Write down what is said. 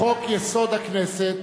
לחוק-יסוד: הכנסת,